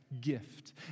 gift